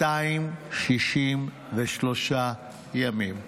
263 ימים.